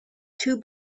two